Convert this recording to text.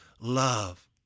love